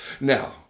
now